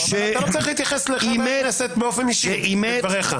אתה לא צריך להתייחס לחברי הכנסת באופן אישי בדבריך.